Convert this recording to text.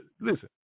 listen